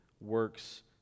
works